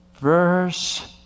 Verse